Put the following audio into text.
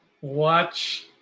watch